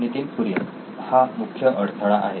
नितीन कुरियन हा मुख्य अडथळा आहे